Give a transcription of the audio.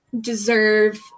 deserve